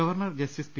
governor justice P